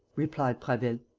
replied prasville.